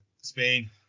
spain